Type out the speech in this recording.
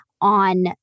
on